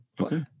Okay